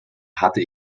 hatte